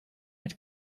mit